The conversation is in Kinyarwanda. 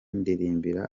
ndirimbira